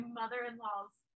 mother-in-law's